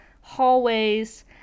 hallways